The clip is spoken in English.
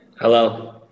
hello